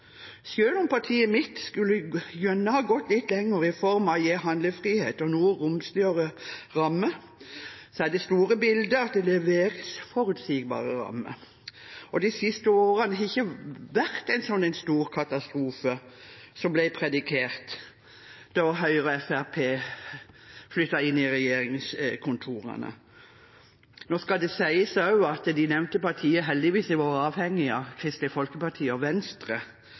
om partiet mitt gjerne skulle ha gått litt lenger i form av å gi handlefrihet og noe romsligere ramme, er det store bildet at det leveres forutsigbare rammer. De siste årene har ikke vært en sånn stor katastrofe som ble predikert da Høyre og Fremskrittspartiet flyttet inn i regjeringskontorene. Nå skal det sies også at de nevnte partiene heldigvis har vært avhengige av Kristelig Folkeparti og Venstre